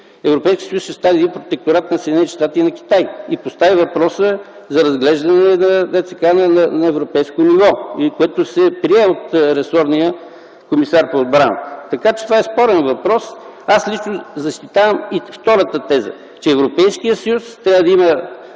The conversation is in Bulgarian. Европейският съюз ще стане протекторат на Съединените щати и на Китай и постави въпроса за разглеждане, както се казва, на европейско ниво, което се прие от ресорния комисар по отбраната. Така че това е спорен въпрос. Аз лично защитавам втората теза – че Европейският съюз трябва да има